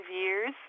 years